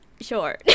Sure